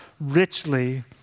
richly